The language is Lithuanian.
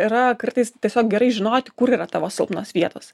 yra kartais tiesiog gerai žinoti kur yra tavo silpnos vietos